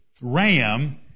ram